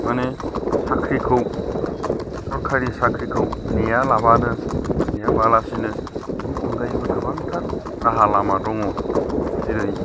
माने साख्रिखौ सरखारि साख्रिखौ नेया लाबानो नेयाबालासिनो बिनि अनगायैबो गोबां राहा लामा दङ जेरै